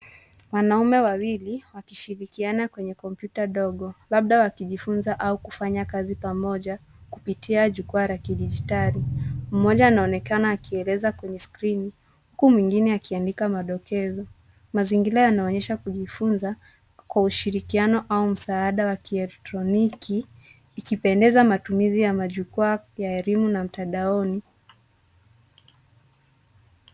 Wanaume wawili wakishirikiana kwenye kompyuta dogo, labda wakijifunza au kufanya kazi pamoja kupitia jukwaa la kidigitali. Mmoja anaonekana akieleza kwenye skrini, huku mwingine akiandika madokezo. Mazingira yanaonesha kujifunza kwa ushirikiano au msaada wakieletroniki, ikipendeza matumizi ya majukwaa ya elimu na mtandaoni,